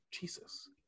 jesus